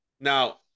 Now